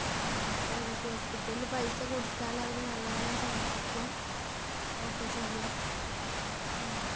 private ഹോസ്പിറ്റലിൽ പൈസ കൊടുത്താൽ അവർ നല്ലവണ്ണം ചികിത്സിക്കും ഒക്കെ ചെയ്യും